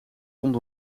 komt